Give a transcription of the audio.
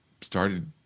started